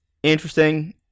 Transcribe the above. Interesting